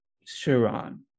Sharon